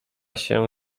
się